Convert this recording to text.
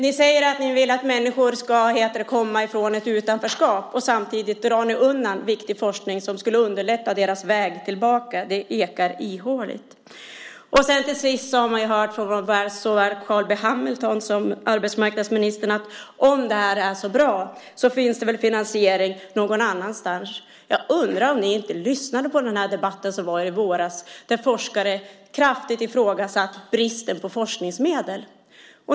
Ni säger att ni vill att människor ska komma ifrån ett utanförskap. Samtidigt drar ni undan viktig forskning som skulle underlätta deras väg tillbaka. Det ekar ihåligt. Såväl Carl B Hamilton som arbetsmarknadsministern säger att om det är så bra finns det finansiering någon annanstans. Jag undrar om ni inte lyssnade på debatten i våras där forskare kraftigt ifrågasatte bristen på forskningsmedel.